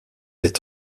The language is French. est